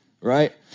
right